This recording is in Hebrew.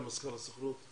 מזכ"ל הסוכנות.